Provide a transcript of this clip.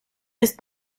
ist